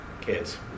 Kids